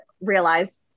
realized